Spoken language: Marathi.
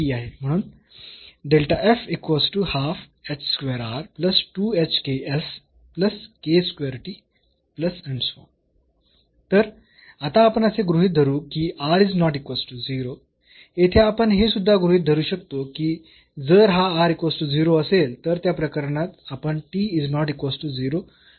म्हणून तर आता आपण असे गृहीत धरू की येथे आपण हे सुद्धा गृहीत धरू शकतो की जर हा असेल तर त्या प्रकरणात आपण गृहीत धरू शकतो